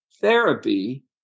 therapy